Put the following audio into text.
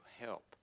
help